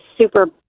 super